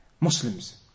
Muslims